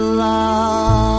love